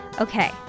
Okay